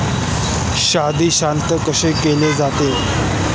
सेंद्रिय शेती कशी केली जाते?